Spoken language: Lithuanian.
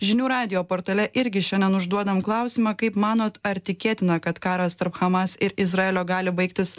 žinių radijo portale irgi šiandien užduodam klausimą kaip manot ar tikėtina kad karas tarp hamas ir izraelio gali baigtis